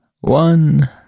one